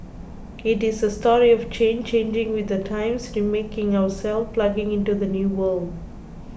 it is a story of change changing with the times remaking ourselves plugging into the new world